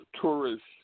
tourists